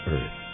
Earth